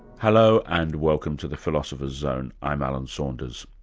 hello and welcome to the philosopher's zone. i'm alan saunders.